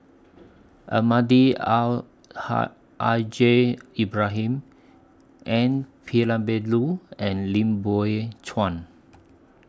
Almahdi Al Haj I J Ibrahim N Palanivelu and Lim Biow Chuan